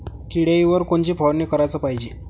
किड्याइवर कोनची फवारनी कराच पायजे?